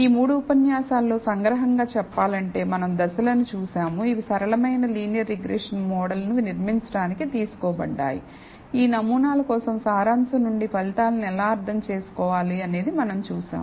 ఈ మూడు ఉపన్యాసాలలో సంగ్రహంగా చెప్పాలంటేమనం దశలను చూశాము ఇవి సరళమైన లీనియర్ రిగ్రెషన్ మోడల్ను నిర్మించడానికి తీసుకోబడ్డాయి ఈ నమూనాల కోసం సారాంశం నుండి ఫలితాలను ఎలా అర్థం చేసుకోవాలి అనేది మనం చూశాం